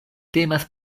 temas